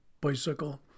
bicycle